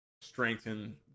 strengthen